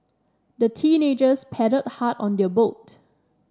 the teenagers paddled hard on their boat